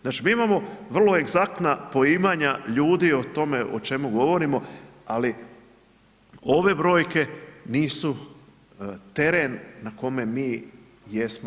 Znači mi imamo vrlo egzaktna poimanja ljudi o tome o čemu govorimo ali ove brojke nisu teren na kome mi jesmo.